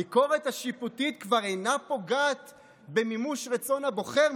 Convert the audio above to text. הביקורת השיפוטית כבר אינה פוגעת במימוש רצון הבוחר?